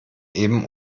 eben